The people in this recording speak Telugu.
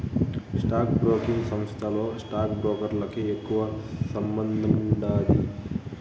స్టాక్ బ్రోకింగ్ సంస్థతో స్టాక్ బ్రోకర్లకి ఎక్కువ సంబందముండాది